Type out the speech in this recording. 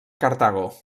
cartago